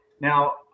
Now